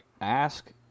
ask